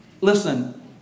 Listen